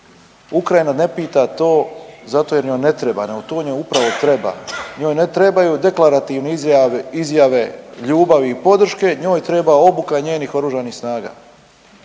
Ukrajina ne pita to zato jer joj ne treba, nego to joj upravo treba, njoj ne trebaju deklaratorne izjave ljubavi i podrške, njoj treba obuka njenih oružanih snaga.